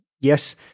Yes